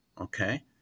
okay